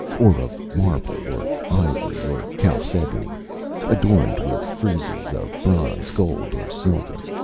or of marble or ivory or chalcedony, adorned with friezes of bronze, gold or silver.